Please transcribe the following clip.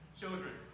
children